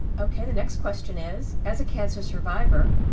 okay, the next question is, as a cancer survivor,